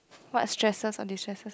what stresses or destresses